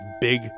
big